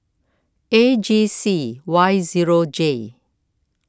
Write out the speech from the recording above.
A G C Y zero J